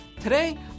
Today